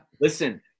Listen